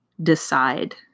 Decide